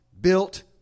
built